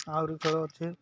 ଆହୁରି ଖେଳ ଅଛି